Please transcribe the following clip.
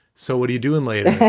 so what are you doing later?